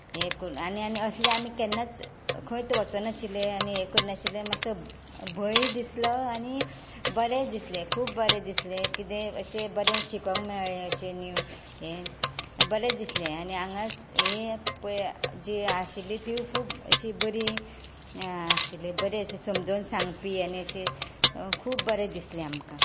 हें करून आनी आनी आमी केन्नाच खंयच वचनाशिल्लीं आनी हें करनाशिल्लीं मातसो भंय दिसलो आनी बरेंय दिसलें खूब बरें दिसलें कितें अशें बरें शिकोंक मेळ्ळें अशें न्यू बरें दिसलें आनी हांगा हें पळय जें आशिल्लीं तींय खूब अशीं बरीं आशिल्लीं बरे अशें समजावन सांगपी आनी अशें खूब बरें दिसलें आमकां